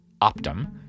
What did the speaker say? Optum